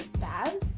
bad